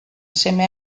seme